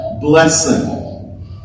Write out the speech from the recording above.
blessing